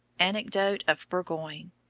anecdote of burgoyne